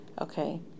Okay